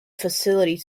facility